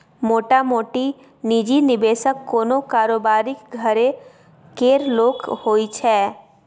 मोटामोटी निजी निबेशक कोनो कारोबारीक घरे केर लोक होइ छै